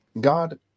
God